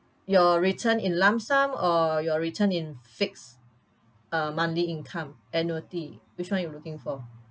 your return in lump sum or your return in fixed uh monthly income annuity which one you looking for